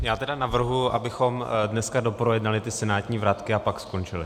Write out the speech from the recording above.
Já navrhuji, abychom dneska doprojednali senátní vratky a pak skončili.